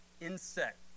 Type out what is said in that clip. insect